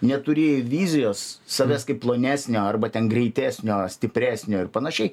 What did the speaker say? neturi vizijos savęs kaip plonesnio arba ten greitesnio stipresnio ir panašiai